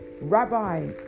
Rabbi